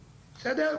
בסדר?